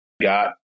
got